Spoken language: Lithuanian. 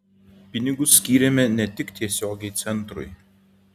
pinigus skyrėme ne tik tiesiogiai centrui